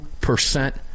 percent